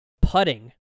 putting